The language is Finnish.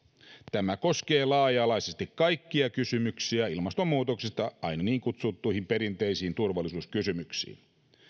tämä koskee laaja alaisesti kaikkia kysymyksiä ilmastonmuutoksesta aina niin kutsuttuihin perinteisiin turvallisuuskysymyksiin